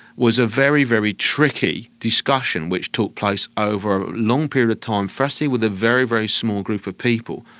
was a very, very tricky discussion which took place over a long period of time, firstly with a very, very small group of people,